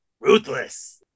ruthless